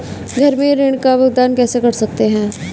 घर से ऋण का भुगतान कैसे कर सकते हैं?